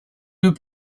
deux